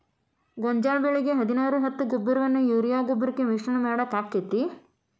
ಗೋಂಜಾಳ ಬೆಳಿಗೆ ಹದಿನಾರು ಹತ್ತು ಗೊಬ್ಬರವನ್ನು ಯೂರಿಯಾ ಗೊಬ್ಬರಕ್ಕೆ ಮಿಶ್ರಣ ಮಾಡಾಕ ಆಕ್ಕೆತಿ?